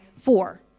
four